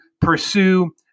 pursue